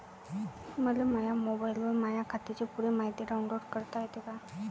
मले माह्या मोबाईलवर माह्या खात्याची पुरी मायती डाऊनलोड करता येते का?